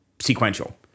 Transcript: sequential